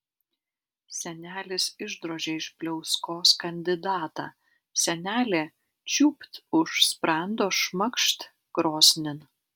senelis išdrožė iš pliauskos kandidatą senelė čiūpt už sprando šmakšt krosnin